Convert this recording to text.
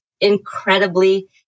incredibly